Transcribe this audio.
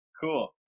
Cool